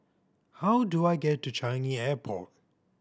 how do I get to Changi Airport